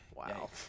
Wow